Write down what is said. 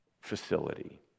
facility